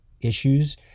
issues